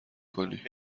کنی